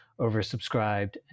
oversubscribed